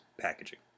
packaging